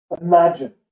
imagine